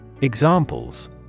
Examples